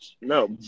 No